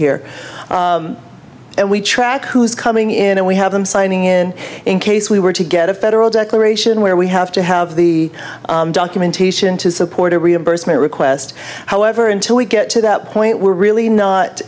here and we track who's coming in and we have them signing in in case we were to get a federal declaration where we have to have the documentation to support a reimbursement request however until we get to that point we're really not